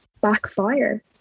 backfire